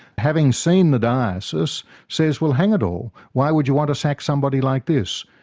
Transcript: having seen the diocese says well hang it all why would you want to sack somebody like this?